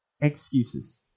excuses